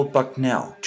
Bucknell